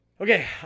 Okay